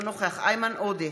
אינו נוכח איימן עודה,